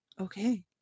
Okay